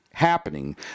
happening